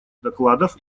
докладов